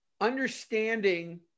understanding